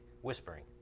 whispering